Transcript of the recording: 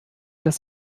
dass